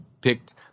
picked